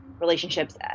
relationships